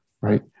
right